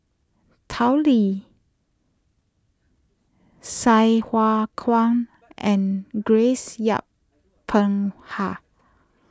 Tao Li Sai Hua Kuan and Grace Yin Peck Ha